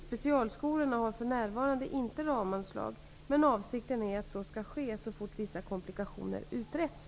Specialskolorna har för närvarande inte ramanslag, men avsikten är att detta skall införas så fort vissa komplikationer utretts.